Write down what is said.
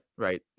right